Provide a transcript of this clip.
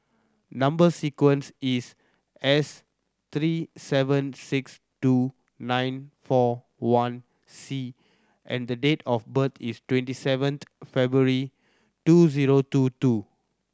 number sequence is S three seven six two nine four one C and the date of birth is twenty seventh February two zero two two